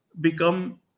become